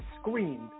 screamed